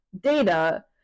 data